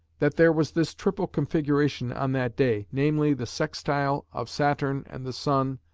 that there was this triple configuration on that day namely the sextile of saturn and the sun,